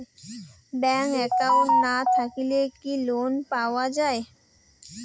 Bank account না থাকিলে কি লোন পাওয়া য়ায়?